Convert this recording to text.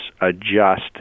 adjust